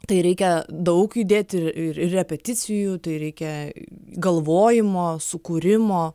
tai reikia daug įdėti ir ir repeticijų tai reikia galvojimo sukūrimo